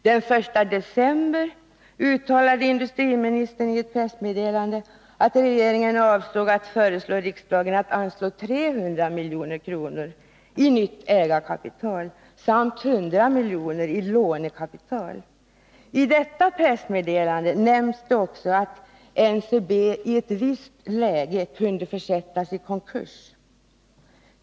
Den 1 december uttalade industriministern i ett pressmeddelande att regeringen avsåg att föreslå riksdagen att anslå 300 milj.kr. i nytt ägarkapital samt 100 milj.kr. i lånekapital. I detta pressmeddelande nämns det också att NCB i ett visst läge kunde försättas i konkurs.